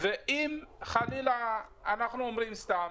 ואם חלילה אנחנו אומרים סתם,